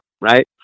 right